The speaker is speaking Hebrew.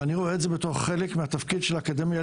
ואני רואה את זה בתור חלק מהתפקיד של האקדמיה,